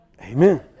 Amen